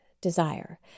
desire